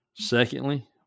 Secondly